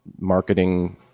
marketing